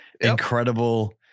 incredible